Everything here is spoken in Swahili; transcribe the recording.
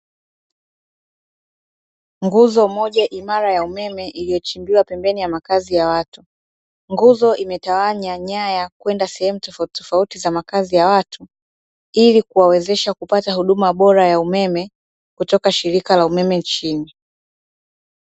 Nguzo moja imara ya umeme, iliyochimbiwa pembeni ya makazi ya watu. Nguzo imetawanya nyaya kwenda sehemu tofautitofauti za makazi ya watu, ili kuwawezesha kupata huduma bora ya umeme, kutoka shirika la umeme nchini.